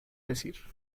decir